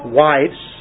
wives